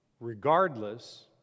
regardless